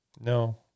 no